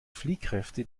fliehkräfte